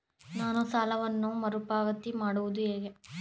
ನಾನು ಸಾಲವನ್ನು ಮರುಪಾವತಿ ಮಾಡುವುದು ಹೇಗೆ?